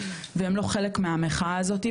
והם לא חלק מהמחאה הזאתי,